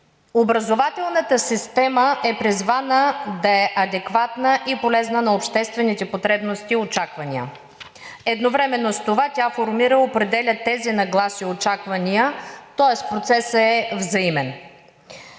образователната система е призвана да е адекватна и полезна на обществените потребности и очаквания. Едновременно с това тя формира и определя тези нагласи и очаквания, тоест процесът е взаимен.